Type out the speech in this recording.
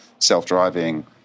self-driving